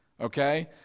Okay